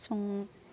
सं